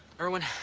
irwin,